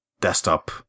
desktop